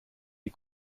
die